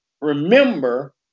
remember